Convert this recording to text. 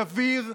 סביר,